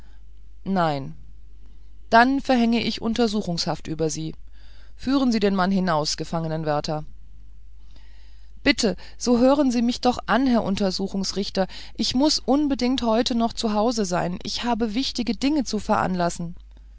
nein dann verhänge ich untersuchungshaft über sie führen sie den mann hinaus gefangenwärter bitte so hören sie mich doch an herr untersuchungsrichter ich muß unbedingt heute noch zu hause sein ich habe wichtige dinge zu veranlassen